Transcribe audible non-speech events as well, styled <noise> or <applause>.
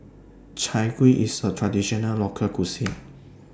Chai Kueh IS A Traditional Local Cuisine <noise>